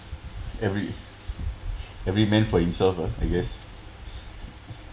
every every man for himself ah I guess